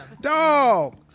Dog